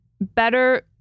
better